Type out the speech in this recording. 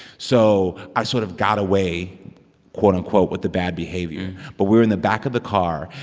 so i sort of got away quote, unquote with the bad behavior but we're in the back of the car,